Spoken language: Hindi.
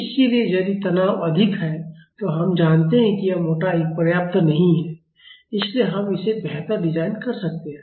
इसलिए यदि तनाव अधिक है तो हम जानते हैं कि यह मोटाई पर्याप्त नहीं है इसलिए हम इसे बेहतर डिजाइन कर सकते हैं